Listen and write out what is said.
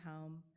home